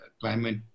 climate